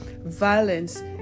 violence